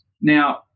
Now